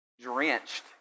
drenched